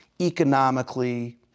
economically